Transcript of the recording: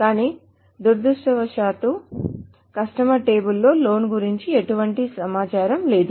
కానీ దురదృష్టవశాత్తు customer table లో లోన్ గురించి ఎటువంటి సమాచారం లేదు